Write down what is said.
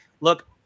look